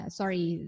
sorry